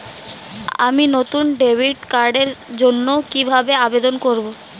আমি নতুন ডেবিট কার্ডের জন্য কিভাবে আবেদন করব?